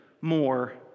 more